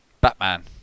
Batman